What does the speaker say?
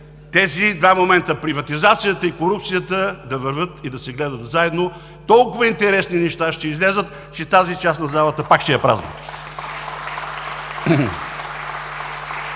тези два момента – приватизацията и корупцията, да вървят и да се гледат заедно, и толкова интересни неща ще излязат, че тази част на залата пак ще е празна.